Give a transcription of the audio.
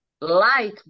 light